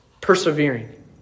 persevering